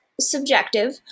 subjective